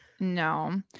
No